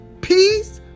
peace